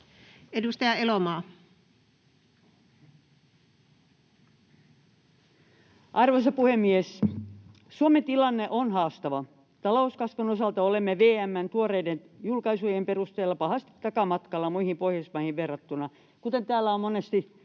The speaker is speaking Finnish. Content: Arvoisa puhemies! Suomen tilanne on haastava. Talouskasvun osalta olemme VM:n tuoreiden julkaisujen perusteella pahasti takamatkalla muihin Pohjoismaihin verrattuna, kuten täällä on monesti